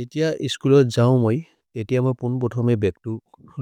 एतिअ इस्कुलो जौम् मै, एतिअ म पुन् पोथोमे बेक्तु